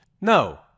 No